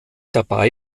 dabei